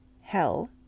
hell